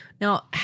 Now